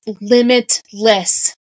limitless